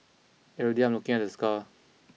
every day I'm looking at the scar